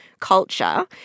culture